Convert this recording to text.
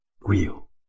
real